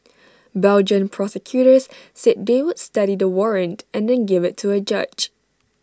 Belgian prosecutors said they would study the warrant and then give IT to A judge